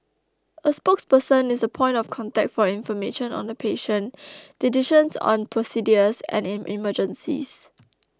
a spokesperson is the point of contact for information on the patient decisions on procedures and in emergencies